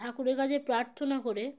ঠাকুরের কাছে প্রার্থনা করে